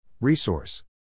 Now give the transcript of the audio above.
Resource